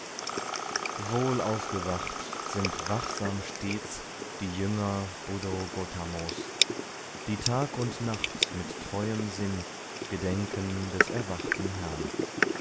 wohl aufgewacht sind wachsam stets die jünger buddho gotamos die tag und nacht mit treuem sinn gedenken des erwachten herrn